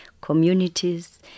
communities